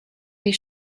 can